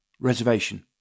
reservation